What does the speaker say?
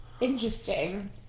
Interesting